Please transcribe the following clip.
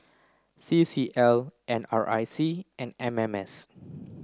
C C L N R I C and M M S